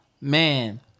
Man